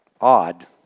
odd